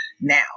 now